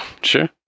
Sure